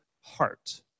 heart